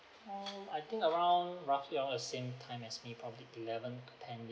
mm I think around roughly around the same time as me probably eleven to ten